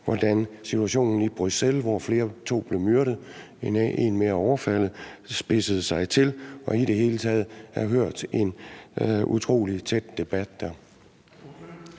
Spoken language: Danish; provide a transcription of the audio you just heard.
hvordan situationen var i Bruxelles, hvor to blev myrdet, og en mere overfaldet. Det spidsede til, og i det hele taget kunne hun have hørt en utrolig tæt debat